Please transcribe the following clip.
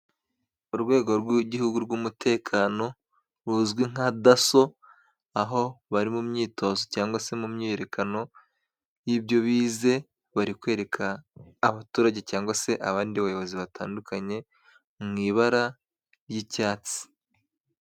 Urwego rw'igihugu rw'umutekano ruzwi nka daso, aho bari mu myitozo cyangwa se mu myiyerekano y'ibyo bize, bari kwereka abaturage cyangwa se abandi bayobozi batandukanye mu ibara ry'icyatsi.